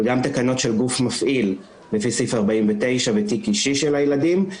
וגם תקנות של גוף מפעיל לפי סעיף 49 בתיק אישי של הילדים.